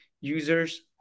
users